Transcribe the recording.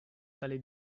tale